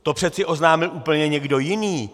To přeci oznámil úplně někdo jiný.